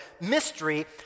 Mystery